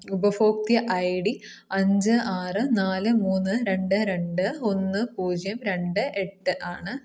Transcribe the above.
ഉപഭോക്ത I D അഞ്ച് ആറ് നാല് മൂന്ന് രണ്ട് രണ്ട് ഒന്ന് പൂജ്യം രണ്ട് എട്ട് ആണ്